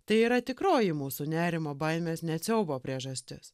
tai yra tikroji mūsų nerimo baimės net siaubo priežastis